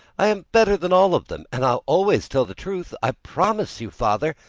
i am better than all of them and i always tell the truth. i promise you, father,